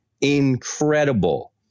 Incredible